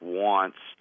wants